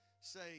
say